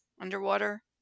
underwater